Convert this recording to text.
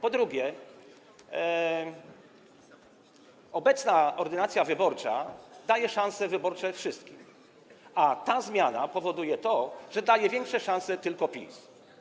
Po drugie, obecna ordynacja wyborcza daje szanse wyborcze wszystkim, a ta zmiana powoduje to, że daje większe szanse tylko PiS.